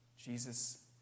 Jesus